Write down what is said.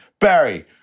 Barry